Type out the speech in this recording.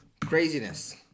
Craziness